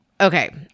okay